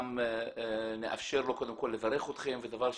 גם נאפשר לו קודם כל לברך אתכם ודבר שני,